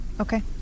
Okay